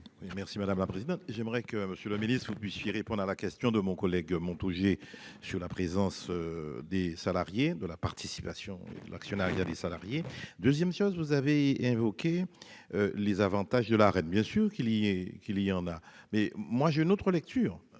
Merci madame la présidente, j'aimerais que Monsieur le Ministre, puissiez répondre à la question de mon collègue Montaugé. Sur la présence des salariés de la participation, l'actionnariat des salariés 2ème chose vous avez évoqué. Les avantages de la reine, bien sûr qu'il y ait qu'il y en a mais moi j'ai une autre lecture.